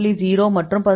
0 மற்றும் 11